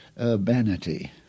urbanity